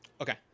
okay